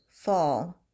Fall